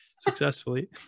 successfully